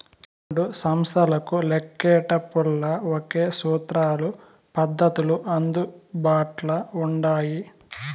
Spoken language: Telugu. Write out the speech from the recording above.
రెండు సంస్తలకు లెక్కేటపుల్ల ఒకే సూత్రాలు, పద్దతులు అందుబాట్ల ఉండాయి